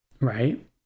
Right